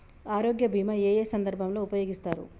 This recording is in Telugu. ఆరోగ్య బీమా ఏ ఏ సందర్భంలో ఉపయోగిస్తారు?